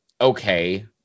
okay